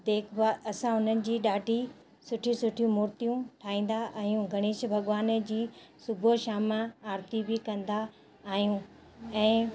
देखभालु असां हुननि जी ॾाढी सुठियूं सुठियूं मूर्तियूं ठाहींदा आहियूं गणेश भॻिवान जी सुबुह शाम आरती बि कंदा आहियूं ऐं